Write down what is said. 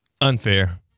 Unfair